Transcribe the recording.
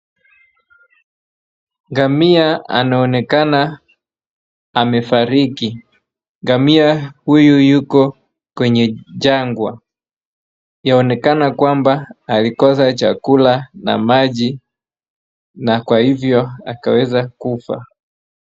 Ngamia anaonekana amefariki, ngamia huyu yuko kwenye jangwa, yaonekana kwamba alikosa chakula na maji na kwa hivyo akaweza kufa.